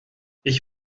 ich